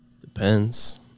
depends